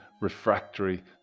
refractory